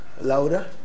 louder